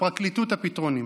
לפרקליטות הפתרונים.